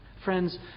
Friends